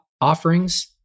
offerings